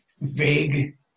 vague